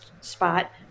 spot